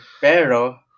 pero